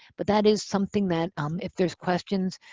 but that is something that um if there's questions,